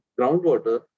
groundwater